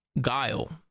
Guile